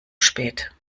spät